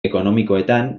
ekonomikoetan